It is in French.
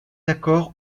accords